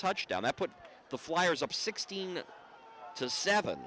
touchdown that put the flyers up sixteen to seven